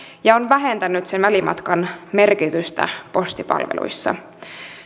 ja on vähentänyt välimatkan merkitystä postipalveluissa